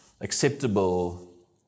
acceptable